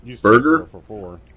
burger